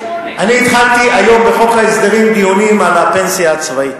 אני התחלתי היום דיונים בחוק ההסדרים על הפנסיה הצבאית,